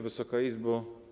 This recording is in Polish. Wysoka Izbo!